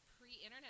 pre-internet